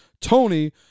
Tony